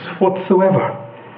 whatsoever